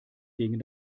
gegen